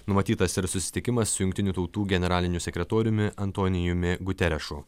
numatytas ir susitikimas su jungtinių tautų generaliniu sekretoriumi antonijumi guterešu